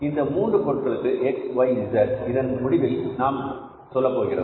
இந்த மூன்று பொருட்களுக்கு X Y Z இதன் முடிவில் நாம் சொல்லப் போகிறோம்